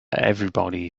everybody